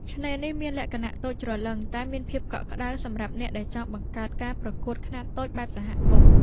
ឆ្នេរនេះមានលក្ខណៈតូចច្រឡឹងតែមានភាពកក់ក្ដៅ សម្រាប់អ្នកដែលចង់បង្កើតការប្រកួតខ្នាតតូចបែបសហគមន៍។